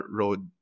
road